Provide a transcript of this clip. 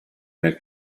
nel